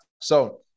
So-